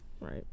Right